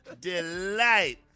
Delight